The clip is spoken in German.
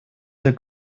der